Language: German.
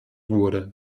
wurde